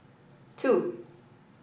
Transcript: two